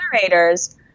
generators